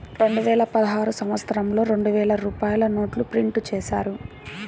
రెండువేల పదహారు సంవత్సరంలో రెండు వేల రూపాయల నోట్లు ప్రింటు చేశారు